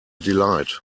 delight